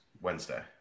Wednesday